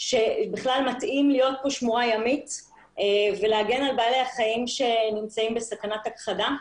שבכלל מתאים להיות שמור הימית ולהגן על בעלי החיים שנמצאים בסכנת הכחדה.